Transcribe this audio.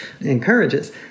encourages